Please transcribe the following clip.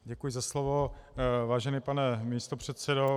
Děkuji za slovo, vážený pane místopředsedo.